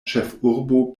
ĉefurbo